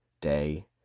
day